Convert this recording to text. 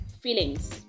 feelings